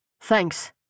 Thanks